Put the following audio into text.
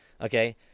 Okay